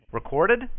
Recorded